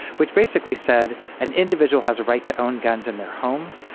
which basically said an individual has a right to own guns in their home,